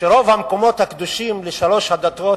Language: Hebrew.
שכל המקומות הקדושים לשלוש הדתות